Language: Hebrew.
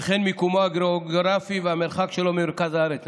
וכן מיקומו הגיאוגרפי והמרחק שלו ממרכז הארץ.